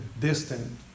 distant